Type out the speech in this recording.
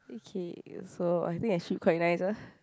okay so I think actually quite nice ah